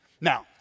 Now